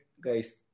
guys